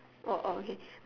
oh oh okay